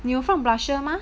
你有放 blusher 吗